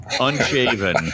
unshaven